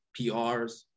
PRs